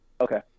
Okay